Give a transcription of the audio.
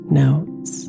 notes